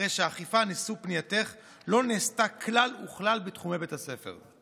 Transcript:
האכיפה נשוא פנייתך לא נעשתה כלל וכלל בתחומי בית הספר.